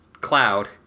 Cloud